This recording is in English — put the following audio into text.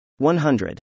100